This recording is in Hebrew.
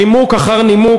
נימוק אחר נימוק,